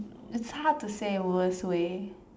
it's hard to say worst way